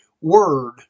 word